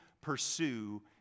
pursue